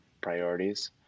priorities